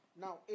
Now